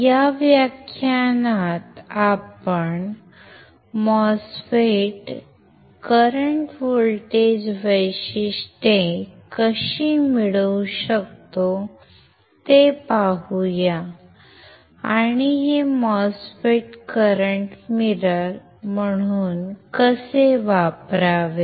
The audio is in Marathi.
या व्याख्यानात आपण MOSFET करंट व्होल्टेज वैशिष्ट्ये कशी मिळवू शकतो ते पाहूया आणि हे MOSFET करंट मिरर म्हणून कसे वापरावे